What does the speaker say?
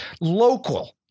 local